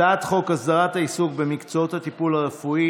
הצעת חוק הוועדה לטיפול במשפחות אזרחים נעדרים,